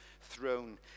throne